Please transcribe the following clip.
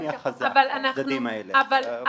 אם